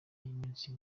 y’iminsi